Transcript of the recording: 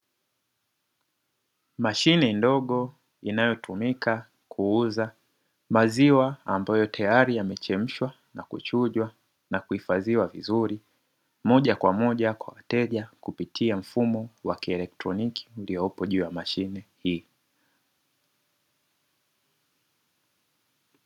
Mashine ndogo inayotumika kuuza maziwa, ambayo tayari yamechemshwa na kuchujwa na kuhifadhiwa vizuri, moja kwa moja kwa mteja kupitia mfumo wa kielektroniki uliopo juu ya mashine hii.